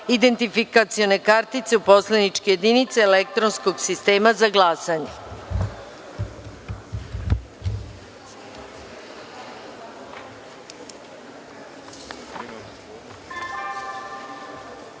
identifikacione kartice u poslaničke jedinice elektronskog sistema za